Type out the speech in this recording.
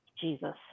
jesus